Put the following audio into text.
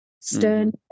stern